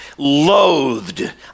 loathed